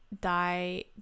die